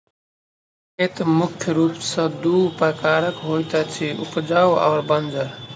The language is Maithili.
खेत मुख्य रूप सॅ दू प्रकारक होइत अछि, उपजाउ आ बंजर